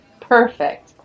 Perfect